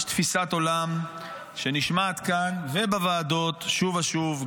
יש תפיסת עולם שנשמעת כאן ובוועדות שוב ושוב,